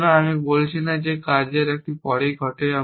সুতরাং আমি বলছি না যে এই কাজটি এর পরেই ঘটে